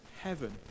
heaven